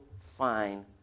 fine